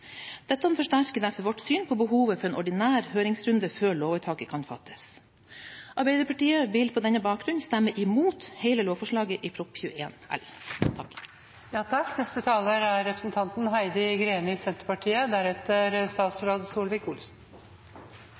Dette forsterker vårt syn på behovet for en ordinær høringsrunde før lovvedtaket kan fattes. Arbeiderpartiet vil på denne bakgrunnen stemme imot hele lovforslaget i Prop. 31 L.